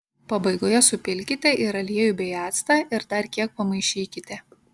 pabaigoje supilkite ir aliejų bei actą ir dar kiek pamaišykite